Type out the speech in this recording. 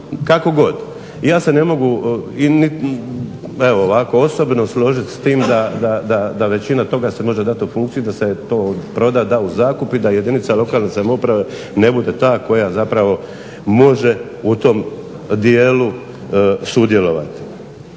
Kako god. ja se ne mogu osobno složiti s tim da većina toga se može dati u funkciju, da se to proda, da u zakup i da jedinica lokalne samouprave ne bude ta koja zapravo može u tom dijelu sudjelovati.